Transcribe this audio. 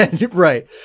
Right